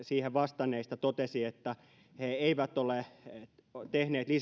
siihen vastanneista palkansaajista totesi että he eivät ole tehneet lisätyötä